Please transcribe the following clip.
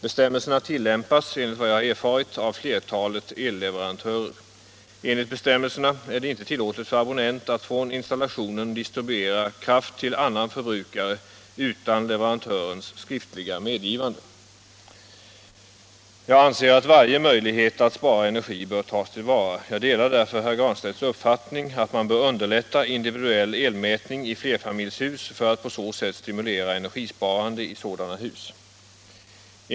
Bestämmelserna tillämpas, enligt vad jag har erfarit av flertalet elleverantörer. Enligt bestämmelserna är det inte tillåtet för abonnent att från installationen distribuera kraft till annan förbrukare utan leverantörens skriftliga medgivande. Jag anser att varje möjlighet att spara energi bör tas till vara. Jag delar. Nr 136 därför herr Granstedts uppfattning att man bör underlätta individuell Måndagen den elmätning i flerfamiljshus för att på så sätt stimulera energisparande i 23 maj 1977 sådana hus.